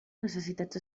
necessitats